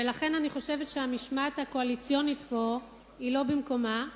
ולכן אני חושבת שהמשמעת הקואליציונית פה היא לא במקומה.